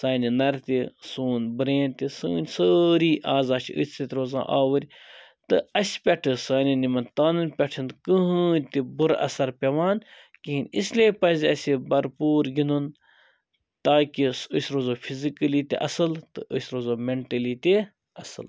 سانہِ نَرِ تہِ سون برٛین تہِ سٲنۍ سٲری اعضاء چھِ أتھۍ سۭتۍ روزان آوٕرۍ تہٕ اَسہِ پٮ۪ٹھٕ سانٮ۪ن یِمَن تانن پٮ۪ٹھ چھَنہٕ کٕہۭنۍ تہِ بُرٕ اَثَر پٮ۪وان کِہیٖنۍ اِسلیے پَزِ اَسہِ بھرپوٗر گِندُن تاکہِ أسۍ روزو فِزِکلی تہِ اصل تہٕ أسۍ روزو مٮ۪نٹلی تہِ اصٕل